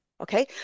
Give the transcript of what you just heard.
Okay